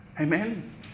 Amen